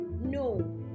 no